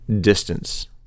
distance